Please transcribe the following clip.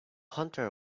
hunter